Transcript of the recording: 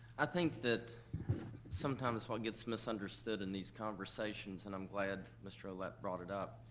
i think that sometimes what gets misunderstood in these conversations, and i'm glad mr. ouellette brought it up,